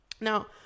Now